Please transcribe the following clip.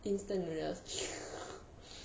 instant noodles